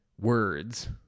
words